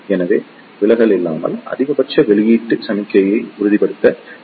எனவே விலகல் இல்லாமல் அதிகபட்ச வெளியீட்டு சமிக்ஞையை உறுதிப்படுத்த டி